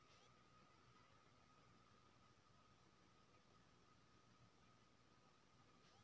बीच म ज हमरा लग बेसी पैसा ऐब गेले त हम जमा के सके छिए की?